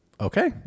okay